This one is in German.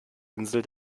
insel